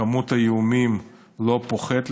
כמות האיומים לא פוחתת,